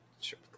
sure